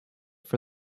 for